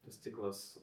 tas ciklas